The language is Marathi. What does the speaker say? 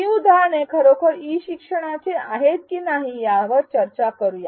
ही उदाहरणे खरोखर ई शिक्षणाची आहेत की नाहीत यावर चर्चा करूया